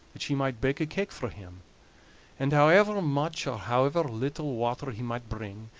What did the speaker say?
that she might bake a cake for him and however much or however little water he might bring,